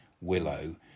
willow